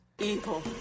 Evil